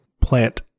plant